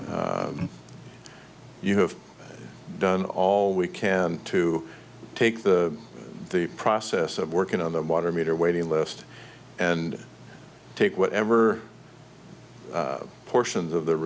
you have done all we can to take the the process of working on the water meter waiting list and take whatever portions of the